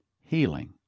healing